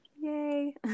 yay